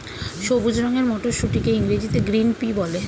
সবুজ রঙের মটরশুঁটিকে ইংরেজিতে গ্রিন পি বলে